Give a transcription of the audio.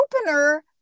opener